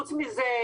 חוץ מזה,